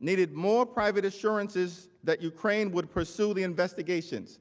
needed more private assurances that ukraine would pursue the investigations.